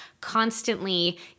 constantly